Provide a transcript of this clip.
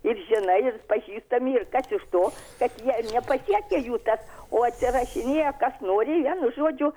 ir žinai ir pažįstami ir kas iš to kad jie nepasiekia jų tas o atsirašinėja kas nori vienu žodžiu